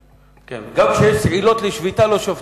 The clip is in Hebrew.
גם כשיש סיבות לשביתה לא שובתים.